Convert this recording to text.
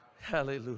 Hallelujah